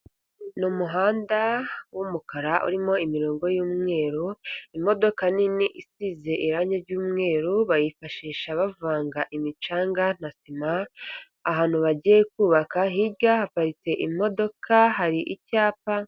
Ni umuhanda w'umukara urimo imirongo y'umweru, imodoka nini isize irange ry'umweru, bayifashisha bavanga imicanga na sima ahantu bagiye kubaka, hirya haparitse imodoka hari icyapa.